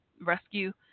rescue